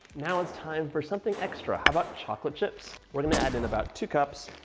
now it's time for something extra, how about chocolate chips? we're gonna add in about two cups.